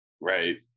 right